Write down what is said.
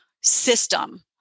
system